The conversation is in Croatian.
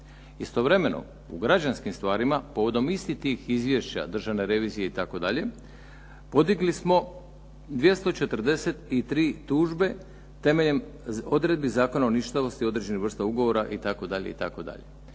Istovremeno u građanskim stvarima povodom istih tih izvješća Državne revizije itd. podigli smo 243 tužbe temeljem odredbi Zakona o ništavosti određenih vrsta ugovora itd.